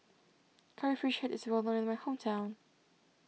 Curry Fish Head is well known in my hometown